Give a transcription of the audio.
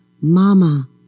Mama